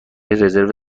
رزرو